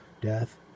death